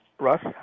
Russ